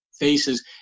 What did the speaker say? faces